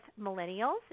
millennials